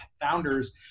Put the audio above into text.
founders